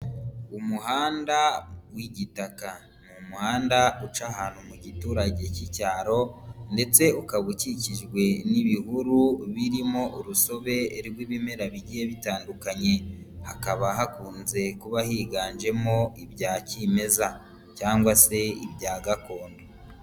Umuhanda w'igitaka ni umuhanda uca ahantu mu giturage cy'icyaro ndetse ukaba ukikijwe n'ibihuru birimo urusobe rw'ibimera bigiye bitandukanye. Hakaba hakunze kuba higanjemo ibya kimeza cyangwa se ibya gakondo.